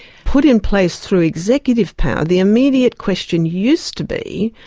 put in place through executive power, the immediate question used to be,